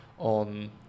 On